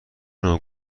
نوع